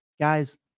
guys